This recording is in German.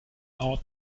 art